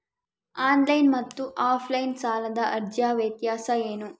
Online ಮತ್ತು offline ಸಾಲದ ಅರ್ಜಿಯ ವ್ಯತ್ಯಾಸ ಏನು?